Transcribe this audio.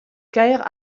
kaer